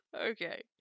Okay